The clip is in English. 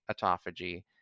autophagy